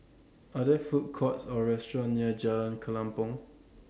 Are There Food Courts Or restaurants near Jalan Kelempong